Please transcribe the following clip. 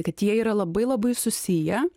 kad jie yra labai labai susiję